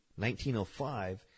1905